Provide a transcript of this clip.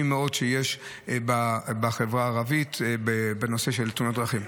שיש בחברה הערבית בנושא של תאונות הדרכים.